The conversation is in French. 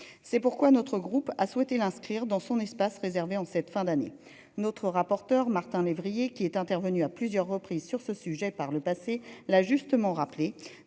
C'est pourquoi notre groupe a souhaité l'inscrire dans son espace réservé en cette fin d'année notre rapporteur Martin lévrier qui est intervenu à plusieurs reprises sur ce sujet par le passé là justement rappelé,